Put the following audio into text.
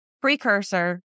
precursor